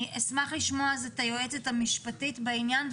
אשמח לשמוע את היועצת המשפטית בעניין.